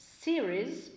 series